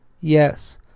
yes